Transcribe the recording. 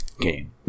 game